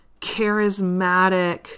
charismatic